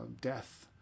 death